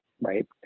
right